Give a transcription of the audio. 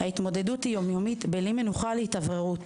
ההתמודדות היא יום יומית ובלי מנוחה להתאווררות.